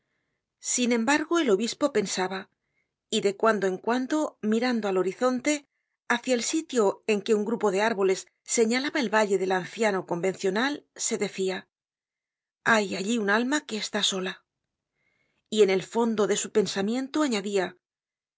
sin embargo el obispo pensaba y de cuando en cuando mirando al horizonte hácia el sitio en que un grupo de árboles señalaba el valle del anciano convencional se decia hay allí una alma que está sola y en el fondo de su pensamiento añadia